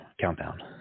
countdown